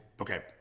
okay